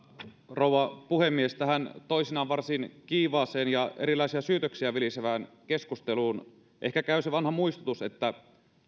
rouva puhemies tähän toisinaan varsin kiivaaseen ja erilaisia syytöksiä vilisevään keskusteluun ehkä käy se vanha muistutus että